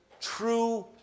true